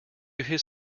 his